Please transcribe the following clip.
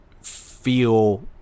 feel